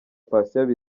patient